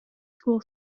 school